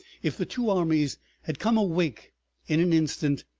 if the two armies had come awake in an instant,